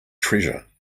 treasure